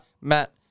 Matt